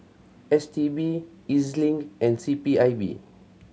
S T B E Z Link and C P I B